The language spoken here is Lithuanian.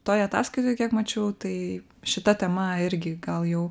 toj ataskaitoj kiek mačiau tai šita tema irgi gal jau